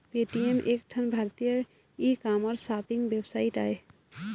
Paytm एक ठन भारतीय ई कामर्स सॉपिंग वेबसाइट आय